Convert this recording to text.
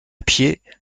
pied